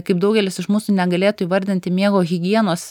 kaip daugelis iš mūsų negalėtų įvardinti miego higienos